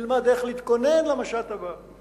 נלמד איך להתכונן למשט הבא.